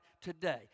today